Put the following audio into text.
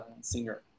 singer